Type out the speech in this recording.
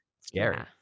Scary